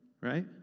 right